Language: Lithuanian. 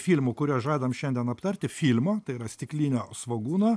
filmų kuriuos žadam šiandien aptarti filmo tai yra stiklinio svogūno